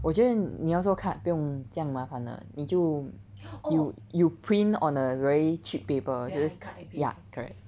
我觉得你要做 card 不要这样麻烦的你就 you you print on a very cheap paper just ya correct